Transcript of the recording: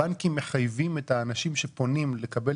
הבנקים מחייבים את האנשים שפונים לקבל